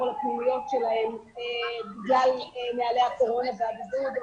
לפנימיות שלהם בגלל נהלי הקורונה והבידוד.